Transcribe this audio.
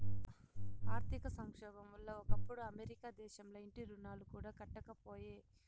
ఆర్థిక సంక్షోబం వల్ల ఒకప్పుడు అమెరికా దేశంల ఇంటి రుణాలు కూడా కట్టకపాయే